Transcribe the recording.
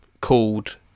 called